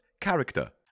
character